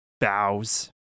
bows